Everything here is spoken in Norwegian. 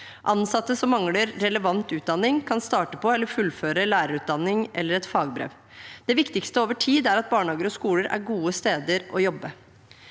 Ansatte som mangler relevant utdanning, kan starte på eller fullføre lærerutdanning eller et fagbrev. Det viktigste over tid er at barnehager og skoler er gode steder å jobbe.